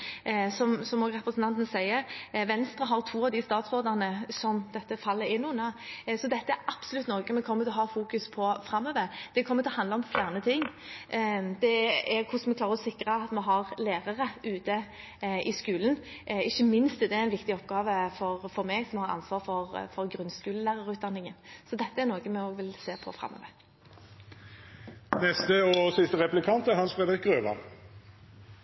som også representanten sier. Venstre har to av de statsrådene som dette faller inn under, så dette er absolutt noe vi kommer til å ha fokus på framover. Det kommer til å handle om flere ting. Det er hvordan vi sikrer at vi har lærere ute i skolen. Ikke minst er det en viktig oppgave for meg, som har ansvar for grunnskolelærerutdanningen. Så dette er noe vi vil se på framover. Organiseringen av lærerutdanningen for grunnskolen med to løp, 1–7 og